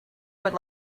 would